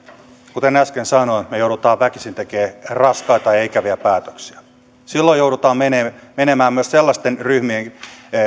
kuten äsken sanoin me joudumme väkisin tekemään raskaita ja ikäviä päätöksiä silloin joudutaan menemään myös sellaisten ryhmien